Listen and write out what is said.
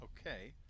okay